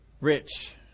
rich